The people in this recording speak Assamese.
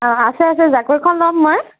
অ' আছে আছে জাকৈখন ল'ম মই